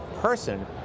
person